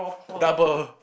double